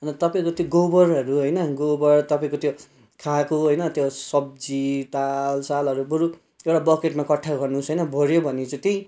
तपाईँको त्यो गोबरहरू होइन गोबर तपाईँको त्यो खाएको होइन त्यो सब्जी दाल सालहरू बरु एउटा बकेटमा एकट्ठा गर्नु होस् होइन भर्यो भने चाहिँ त्यही